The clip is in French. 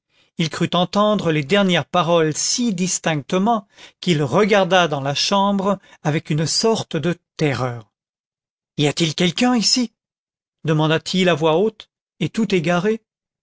il crut entendre les dernières paroles si distinctement qu'il regarda dans la chambre avec une sorte de terreur y a-t-il quelqu'un ici demanda-t-il à haute voix et tout égaré